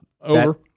over